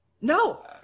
No